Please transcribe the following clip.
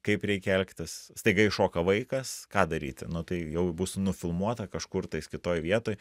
kaip reikia elgtis staiga iššoka vaikas ką daryti nu tai jau bus nufilmuota kažkur tais kitoj vietoj